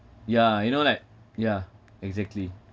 ya you know like yeah exactly